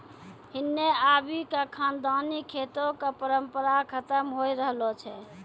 हिन्ने आबि क खानदानी खेतो कॅ परम्परा खतम होय रहलो छै